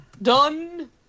Done